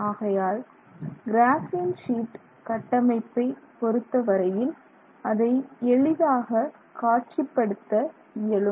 ஆகையால் கிராபின் ஷீட் கட்டமைப்பை பொறுத்தவரையில் அதை எளிதாக காட்சிப்படுத்த இயலும்